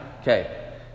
Okay